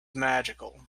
magical